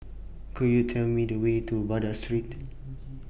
Could YOU Tell Me The Way to Baghdad Street